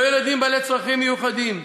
לא ילדים עם צרכים מיוחדים,